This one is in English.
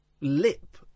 lip